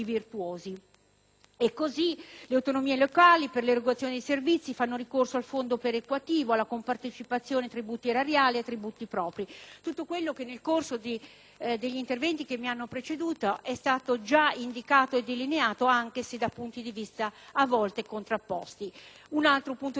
locali fanno ricorso per l'erogazione dei servizi al fondo perequativo, alla compartecipazione ai tributi erariali e ai tributi propri, tutto quello che nel corso degli interventi che mi hanno preceduto è stato già indicato e delineato, anche se da punti di vista a volte contrapposti. Un altro punto di novità è quello del patto